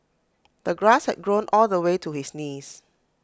the grass had grown all the way to his knees